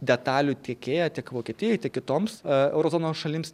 detalių tiekėja tiek vokietijai tiek kitoms a euro zonos šalims